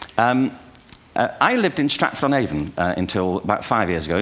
um i lived in stratford-on-avon until about five years ago.